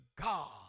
God